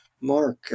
Mark